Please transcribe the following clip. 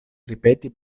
ripeti